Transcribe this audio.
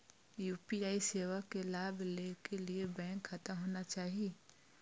UPI सेवा के लाभ लै के लिए बैंक खाता होना चाहि?